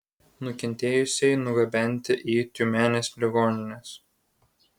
nukentėjusieji nugabenti į tiumenės ligonines